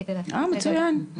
או, מצויין.